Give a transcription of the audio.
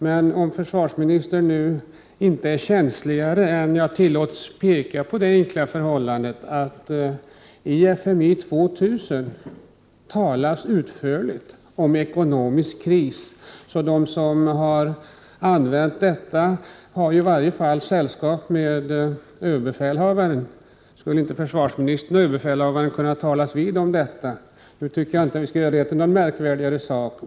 Men försvarsministern kanske inte är känsligare än att jag tillåts peka på det enkla förhållandet att det i FMI 2000 talas utförligt om ekonomisk kris. De som har använt detta uttryck har i varje fall sällskap med överbefälhavaren. Skulle inte försvarsministern och överbefälhavaren kunna talas vid om detta? Jag tycker inte att vi skall göra det till någon märkvärdigare sak.